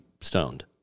stoned